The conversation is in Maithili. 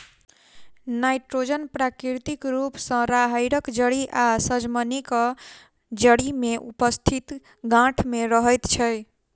नाइट्रोजन प्राकृतिक रूप सॅ राहैड़क जड़ि आ सजमनिक जड़ि मे उपस्थित गाँठ मे रहैत छै